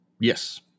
Yes